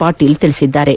ಪಾಟೀಲ್ ತಿಳಿಸಿದ್ದಾರೆ